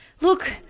look